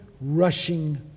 rushing